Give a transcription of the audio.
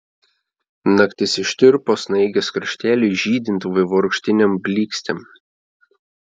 naktis ištirpo snaigės krašteliui žydint vaivorykštinėm blykstėm